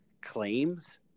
claims